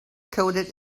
coded